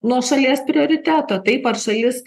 nuo šalies prioriteto taip ar šalis